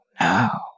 no